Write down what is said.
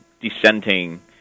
dissenting